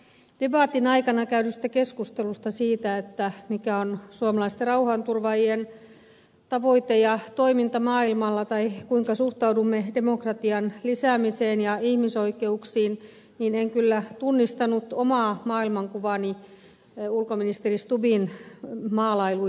tuossa debatin aikana käydystä keskustelusta siitä mikä on suomalaisten rauhanturvaajien tavoite ja toiminta maailmalla tai kuinka suhtaudumme demokratian lisäämiseen ja ihmisoikeuksiin en kyllä tunnistanut omaa maailmankuvaani ulkoministeri stubbin maalailuista